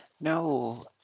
No